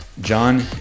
John